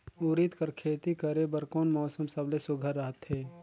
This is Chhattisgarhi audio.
उरीद कर खेती करे बर कोन मौसम सबले सुघ्घर रहथे?